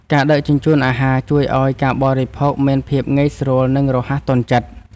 ការដឹកជញ្ជូនអាហារ ជួយឱ្យការបរិភោគមានភាពងាយស្រួល និងរហ័សទាន់ចិត្ត។